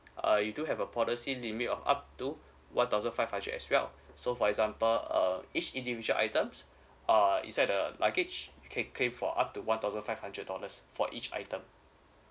uh you do have a policy limit of up to one thousand five hundred as well so for example uh each individual items uh inside the luggage you can claim for up to one thousand five hundred dollars for each item